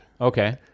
Okay